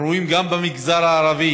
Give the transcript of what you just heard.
אנחנו רואים שגם במגזר הערבי,